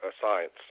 science